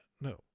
No